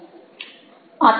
આત્મવિશ્વાસ